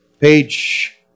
page